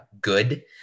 good